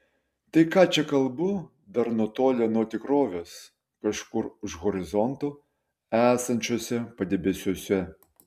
tai ką čia kalbu dar nutolę nuo tikrovės kažkur už horizonto esančiuose padebesiuose